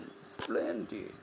Splendid